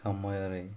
ସମୟରେ